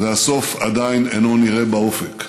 והסוף עדיין אינו נראה באופק.